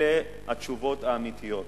אלה התשובות האמיתיות.